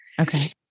Okay